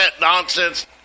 nonsense